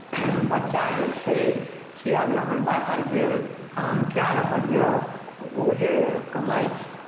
बच्चा जे छै से आब जहन बाहर गेल काम कए रहल यए तऽ ओ जे कमाइ छै